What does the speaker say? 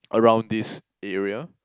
around this area